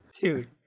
Dude